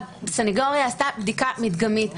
הסנגוריה עשתה בדיקה מדגמית,